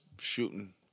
shooting